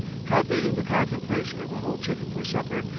happy in the contemplation of a whole chicken for supper,